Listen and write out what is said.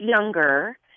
younger